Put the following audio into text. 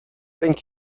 thank